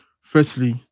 Firstly